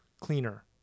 cleaner